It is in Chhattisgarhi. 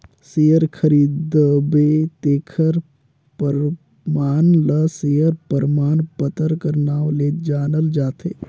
सेयर खरीदबे तेखर परमान ल सेयर परमान पतर कर नांव ले जानल जाथे